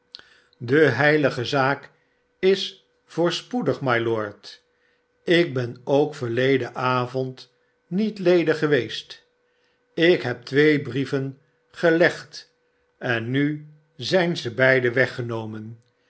de heilige zaak is voorspoedig mylord ik ben k verleden avond niet ledig geweest ik heb twee brieven gelegd en nu zijn ze beide weggenomen